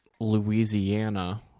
Louisiana